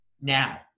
Now